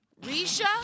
Risha